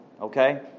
Okay